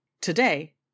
Today